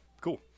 cool